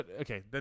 Okay